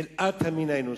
חלאת המין האנושי,